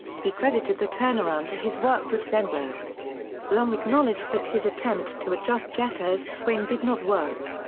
he credited the turnaround to his work with denbo long acknowledged that his attempt to adjust jeter's swing did not work.